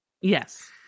Yes